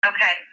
Okay